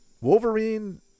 Wolverine